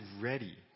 ready